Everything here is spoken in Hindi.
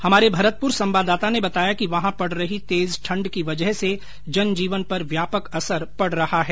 हमारे भरतपुर संवाददाता ने बताया कि वहां पड रही तेज ठण्ड की वजह से जनजीवन पर व्यापक असर पड रहा है